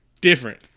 Different